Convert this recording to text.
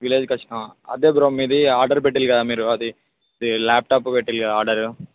విలేజ్కొచ్చినా అదే బ్రో మీది ఆర్డర్ పెట్టారు కదా మీరు అది ల్యాప్టాప్ పెట్టారు కదా ఆర్డరు